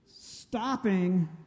stopping